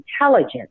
intelligence